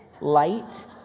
light